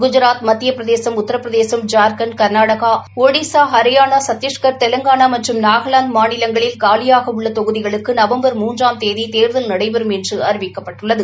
குஜராத் மத்திய பிரதேஷ் உத்திரபிரதேஷ் ஜாக்கண்ட் கர்நாடகா ஷடிசா ஹரியானா சத்திஷ்கர் தெவங்கானா மற்றும் நகாலாந்து மாநிலங்களில் காலியாக உள்ள தொகுதிகளுக்கு நவம்பர் மூன்றாம் தேதி தேர்தல் நடைபெறும் என்று அறிவிக்கப்பட்டுள்ளது